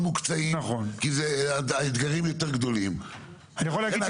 במקום "מהיום ה-30" יבוא "מהמועד להגשת רשימת מועמדים"; אוקיי,